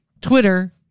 Twitter